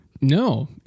No